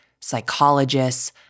psychologists